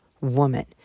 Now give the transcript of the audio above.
woman